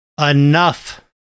enough